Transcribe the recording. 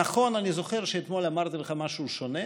נכון, אני זוכר שאתמול אמרתי לך משהו שונה,